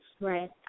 Right